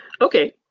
Okay